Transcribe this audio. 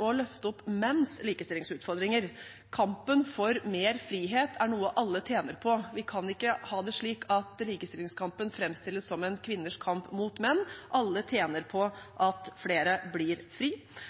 å løfte opp menns likestillingsutfordringer. Kampen for mer frihet er noe alle tjener på. Vi kan ikke ha det slik at likestillingskampen framstilles som kvinners kamp mot menn. Alle tjener på at flere blir fri.